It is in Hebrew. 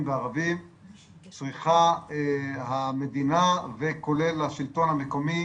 וערבים צריכה המדינה וכולל השלטון המקומי